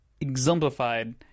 exemplified